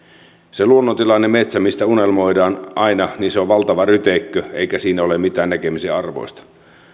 se luonnontilainen metsä mistä unelmoidaan aina on valtava ryteikkö eikä siinä ole mitään näkemisen arvoista